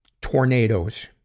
tornadoes